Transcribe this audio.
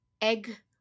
egg